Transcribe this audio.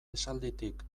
esalditik